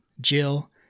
Jill